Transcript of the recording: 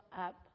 up